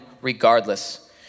regardless